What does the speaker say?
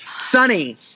Sunny